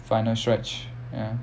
final stretch ya